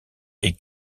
est